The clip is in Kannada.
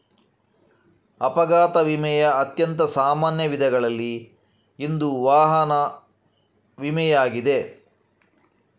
ಅಪಘಾತ ವಿಮೆಯ ಅತ್ಯಂತ ಸಾಮಾನ್ಯ ವಿಧಗಳಲ್ಲಿ ಇಂದು ವಾಹನ ವಿಮೆಯಾಗಿದೆ